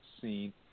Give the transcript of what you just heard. seen